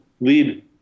lead